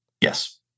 Yes